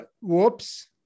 whoops